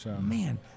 Man